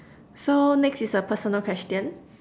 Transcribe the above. so next is a personal question